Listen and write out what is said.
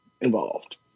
involved